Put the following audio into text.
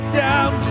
down